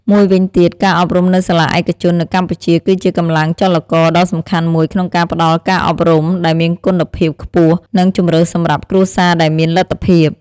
មួយវិញទៀត ការអប់រំនៅសាលាឯកជននៅកម្ពុជាគឺជាកម្លាំងចលករដ៏សំខាន់មួយក្នុងការផ្តល់ការអប់រំដែលមានគុណភាពខ្ពស់ និងជម្រើសសម្រាប់គ្រួសារដែលមានលទ្ធភាព។